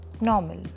normal